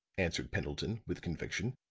answered pendleton, with conviction.